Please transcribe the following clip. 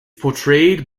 portrayed